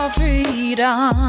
freedom